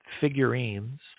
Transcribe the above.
figurines